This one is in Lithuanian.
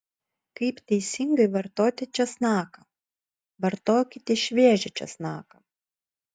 kaip teisingai vartoti česnaką vartokite šviežią česnaką